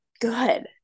good